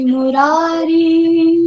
Murari